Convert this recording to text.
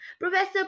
professor